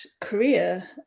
career